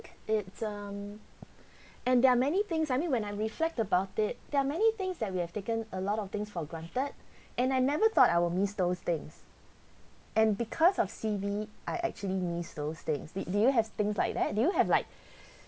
it's um and there are many things I mean when I reflect about it there are many things that we have taken a lot of things for granted and I never thought I will miss those things and because of C_V I actually missed those things did did you have things like that do you have like